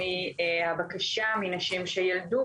ידברו חברי הכנסת וכן נציגים